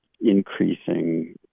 increasing